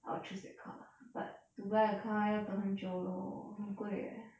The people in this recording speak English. I'll choose that car lah but to buy a car 要等很久 lor 很贵 eh